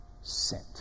sent